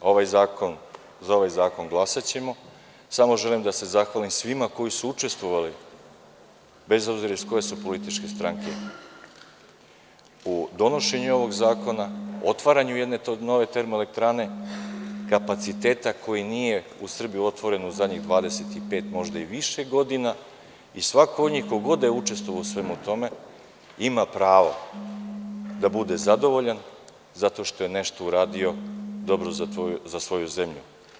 Za ovaj zakon glasaćemo, samo želim da se zahvalim svima koji su učestvovali, bez obzira iz koje su političke stranke, u donošenju ovog zakona, otvaranju jedne nove termoelektrane kapaciteta koji nije u Srbiji otvoren u zadnjih 25 možda i više godina i svako od njih ko god da je učestvovao u svemu tome, ima pravo da bude zadovoljan zato što je nešto uradio dobro za svoju zemlju.